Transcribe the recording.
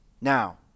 Now